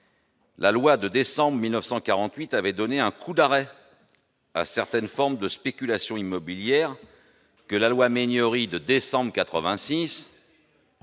La loi de décembre 1948 avait donné un coup d'arrêt à certaines formes de spéculation immobilière, ... Et organisé la pénurie de